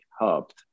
helped